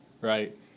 right